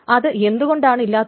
അത് എന്തുകൊണ്ടാണ് ഇല്ലാത്തത്